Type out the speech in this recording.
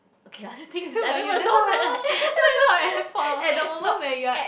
okay lah the thing is I don't even know whether I I don't even know I'm at fault lor no at